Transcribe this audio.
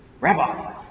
Rabbi